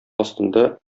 астында